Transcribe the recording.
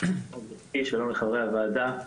שלום לחברי הוועדה,